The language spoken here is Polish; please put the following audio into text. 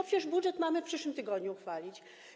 Przecież budżet mamy w przyszłym tygodniu uchwalić.